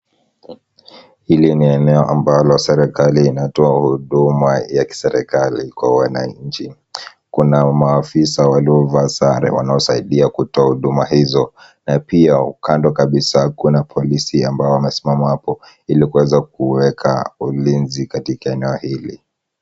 Hili ni eneo ambalao serikali inatoa huduma ya kiserikali kwa wananchi. Kuna maafisa waliovaa sare wanaosaidia kutoa huduma hizo, na pia kando kabisa kuna polisi ambao wamesimama hapo ili kuweza kuweka ulinzi katika eneo hili.